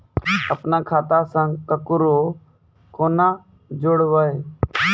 अपन खाता संग ककरो कूना जोडवै?